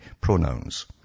pronouns